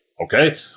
okay